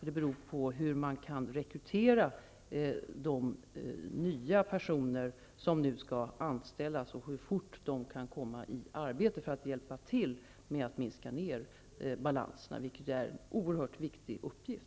Den beror på hur man lyckas med att rekrytera de nya personer som skall anställas och hur fort dessa kan komma i arbete och kan hjälpa till med att minska balanserna, vilket är en oerhört viktig uppgift.